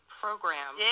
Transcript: program